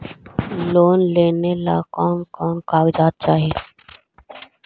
Loan लेने ला कोन कोन कागजात चाही?